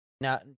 now